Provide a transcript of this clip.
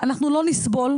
אנחנו לא נסבול,